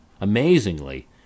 Amazingly